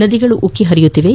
ನದಿಗಳು ಉಕ್ಕಿ ಹರಿಯುತ್ತಿವೆ